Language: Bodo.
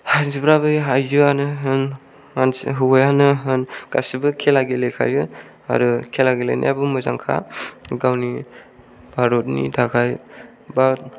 आयजोफ्राबो आयजोआनो होन मानसि हौवायानो होन गासिबो खेला गेलेखायो आरो खेला गेलेनायाबो मोजांखा गावनि भारतनि थाखाय बा